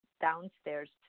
downstairs